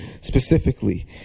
specifically